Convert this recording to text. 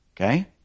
Okay